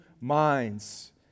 minds